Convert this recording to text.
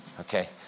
Okay